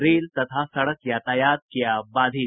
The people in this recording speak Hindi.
रेल तथा सड़क यातायात किया बाधित